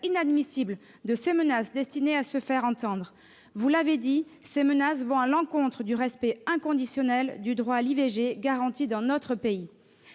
inadmissible de ces menaces destinées à se faire entendre. Vous l'avez dit, elles vont à l'encontre du respect inconditionnel du droit à l'IVG, garanti dans notre pays.